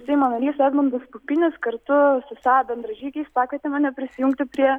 seimo narys edmundas pupinis kartu su sa bendražygiais pakvietė mane prisijungti prie